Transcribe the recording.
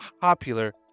popular